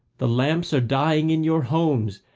the lamps are dying in your homes,